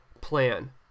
plan